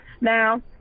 Now